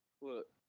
Look